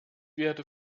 werde